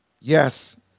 yes